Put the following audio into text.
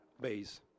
base